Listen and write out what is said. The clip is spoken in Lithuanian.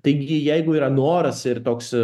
taigi jeigu yra noras ir toks